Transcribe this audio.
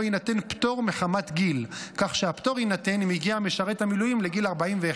יינתן פטור מחמת גיל כך שהפטור יינתן אם הגיע משרת המילואים לגיל 41,